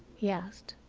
he asked.